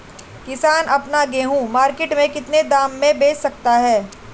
किसान अपना गेहूँ मार्केट में कितने दाम में बेच सकता है?